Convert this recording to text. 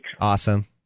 Awesome